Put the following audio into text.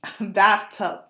bathtub